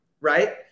right